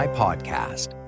podcast